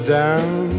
down